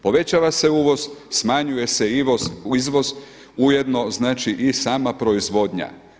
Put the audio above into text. Povećava se uvoz, smanjuje se izvoz ujedno znači i sama proizvodnja.